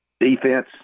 Defense